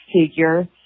figure